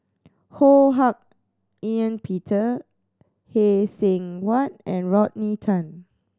Ho Hak Ean Peter Phay Seng Whatt and Rodney Tan